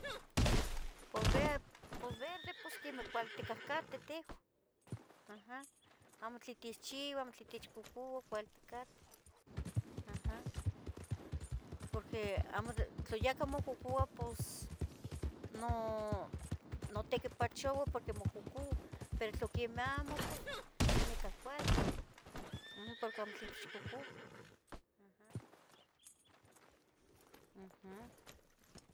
Números, aha, senteh, unteh, yieteh, nabeh, macuileh, chicuase, chicume, chicueyi, chicnabe, mahtlactle, ino once, ise ino once, doce,